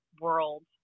world